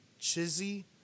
Chizzy